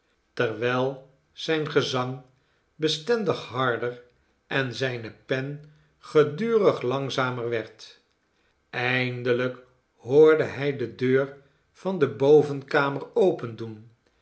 terwijl zijn gezang bestendig harder en zijne pen gedurig langzamer werd eindelijk hoorde hij de deur van de bovenkamer opendoen